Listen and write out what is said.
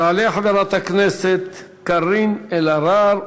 תעלה חברת הכנסת קארין אלהרר,